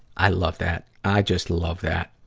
i love that. i just love that.